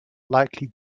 likely